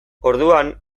orduan